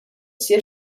ssir